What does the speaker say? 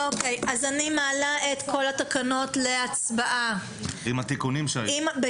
אני מעלה את כול התקנות להצבעה בכפוף